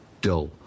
dull